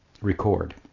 record